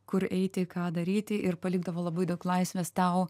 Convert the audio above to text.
kur eiti ką daryti ir palikdavo labai daug laisvės tau